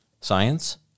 Science